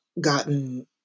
gotten